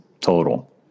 total